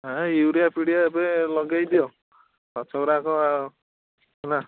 ହଁ ୟୁରିଆ ପିଡ଼ିଆ ଏବେ ଲଗାଇ ଦିଅ ଗଛ ଗୁଡ଼ାକ ହେଲା